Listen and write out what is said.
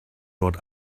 dort